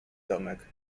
domek